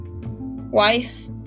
wife